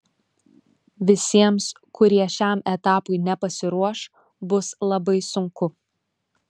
visiems kurie šiam etapui nepasiruoš bus labai sunku